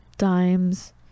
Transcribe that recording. Dimes